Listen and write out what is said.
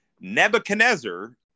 nebuchadnezzar